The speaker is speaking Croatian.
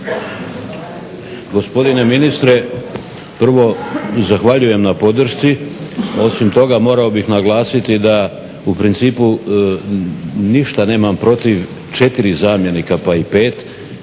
Gospodine ministre, prvo zahvaljujem na podršci, a osim toga morao bih naglasiti da u principu ništa nemam protiv 4 zamjenika pa i 5